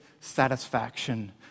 satisfaction